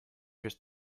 just